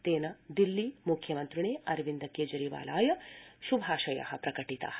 तेन दिल्ली मुख्यमन्त्रिणे अरविन्द केजरीवालाय श्भाशया प्रकटिता